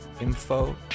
info